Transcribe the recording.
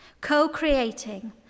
co-creating